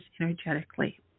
energetically